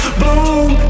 bloom